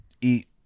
eat